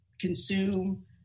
consume